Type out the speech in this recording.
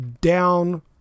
down